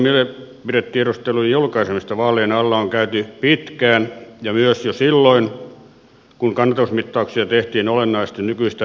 keskustelua mielipidetiedustelujen julkaisemisesta vaalien alla on käyty pitkään ja myös jo silloin kun kannatusmittauksia tehtiin olennaisesti nykyistä vähemmän